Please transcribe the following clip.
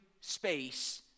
space